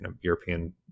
European